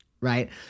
right